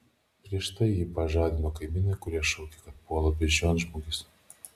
prieš tai jį pažadino kaimynai kurie šaukė kad puola beždžionžmogis